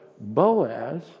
Boaz